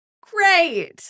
Great